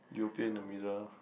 you appear in the middle